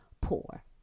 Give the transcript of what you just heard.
poor